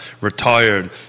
Retired